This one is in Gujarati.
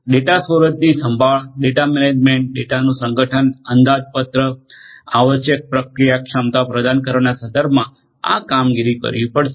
ડેટા સ્ટોરેજની સંભાળ ડેટા મેનેજમેન્ટ ડેટાનું સંગઠન અંદાજપત્રક અને આવશ્યક પ્રક્રિયા ક્ષમતા પ્રદાન કરવાના સંદર્ભમાં આ કામગીરી કરવી પડશે